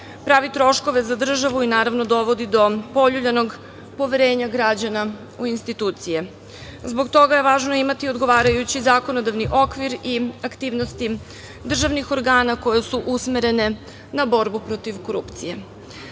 pravi troškove za državu i dovodi do poljuljanog poverenja građana u institucije. Zbog toga je važno imati odgovarajući zakonodavni okvir i aktivnosti državnih organa koje su usmerene na borbu protiv korupcije.Zaštita